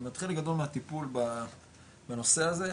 זאת אומרת חלק גדול מהטיפול בנושא הזה,